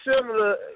similar